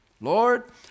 Lord